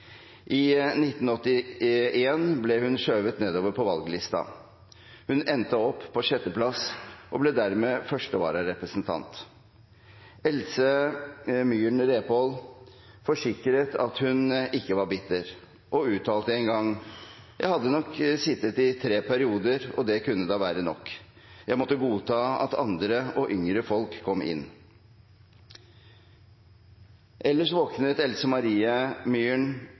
I 1981 ble hun skjøvet nedover på valglista. Hun endte opp på sjetteplass og ble dermed første vararepresentant. Else Marie Myhren Repål forsikret at hun ikke var bitter, og uttalte en gang: Jeg hadde sittet tre perioder og det kunne være nok. Jeg måtte godta at andre og yngre folk kom inn. Ellers våknet Else Marie Myhren